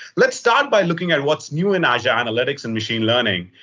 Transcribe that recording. let's start by looking at what's new in azure analytics and machine learning,